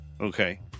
Okay